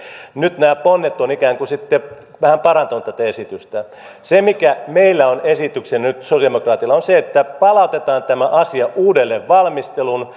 nyt nämä ponnet sitten ovat ikään kuin vähän parantaneet tätä esitystä se mikä meillä sosiaalidemokraateilla on esityksenä nyt on se että palautetaan tämä asia uudelleen valmisteluun